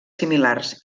similars